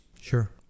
Sure